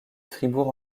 fribourg